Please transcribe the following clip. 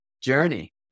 journey